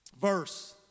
verse